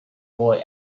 boy